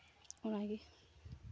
ᱚᱱᱟᱜᱮ